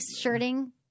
shirting